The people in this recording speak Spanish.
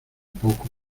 poco